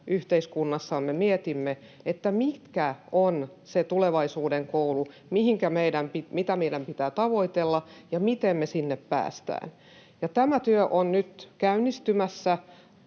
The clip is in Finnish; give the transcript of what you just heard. yhteiskunnassamme yhdessä mietimme, mikä on se tulevaisuuden koulu, mitä meidän pitää tavoitella, ja miten me sinne päästään. Tämä työ on nyt käynnistymässä,